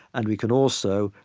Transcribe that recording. and we can also,